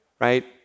right